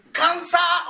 cancer